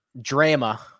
drama